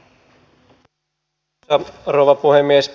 arvoisa rouva puhemies